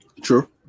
True